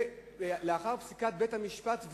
ולאחר פסיקת בית-המשפט ובג"ץ,